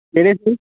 ਕਿਹੜੇ ਸਰ